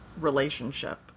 relationship